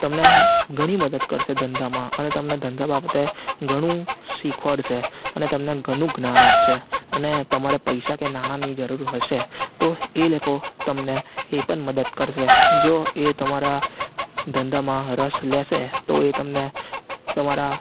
તમને ઘણી મદદ કરે ધંધામાં અને તમને ધંધા બાબતે ઘણું શિખવાડશે અને તમને ઘણું જ્ઞાન આપશે અને તમારે પૈસા કે નાણાંની જરૂર હશે તો એ લોકો તમને એ પણ મદદ કરશે જો એ તમારા ધંધામાં રસ લેશે તો એ તમને તમારા